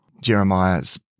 Jeremiah's